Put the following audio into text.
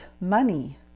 money